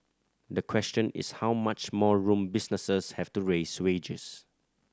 the question is how much more room businesses have to raise wages